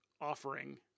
offering